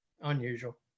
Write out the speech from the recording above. unusual